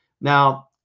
Now